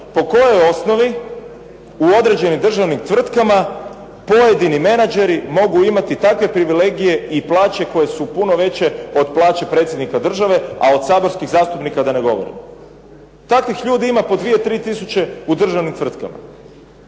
Po kojoj osnovi u određenim državnim tvrtkama pojedini menađeri mogu imati takve privilegije i plaće koje su puno veće od plaće predsjednika države a od saborskih zastupnika da ne govorimo. Takvih ljudi imaju po dvije, tri tisuće u državnim tvrtkama.